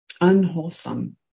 unwholesome